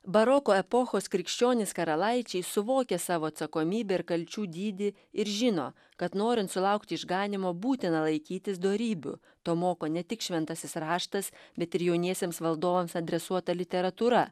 baroko epochos krikščionys karalaičiai suvokė savo atsakomybę ir kalčių dydį ir žino kad norint sulaukti išganymo būtina laikytis dorybių to moko ne tik šventasis raštas bet ir jauniesiems valdovams adresuota literatūra